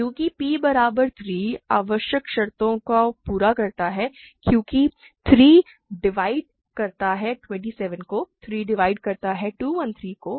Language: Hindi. क्योंकि p बराबर 3 आवश्यक शर्तों को पूरा करता है क्योंकि 3 डिवाइड करता है 27 को 3 डिवाइड करता है 213 को